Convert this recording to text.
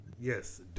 Yes